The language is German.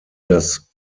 das